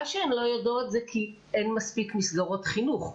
שהן לא יודעות זה כי אין מספיק מסגרות חינוך.